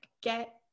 get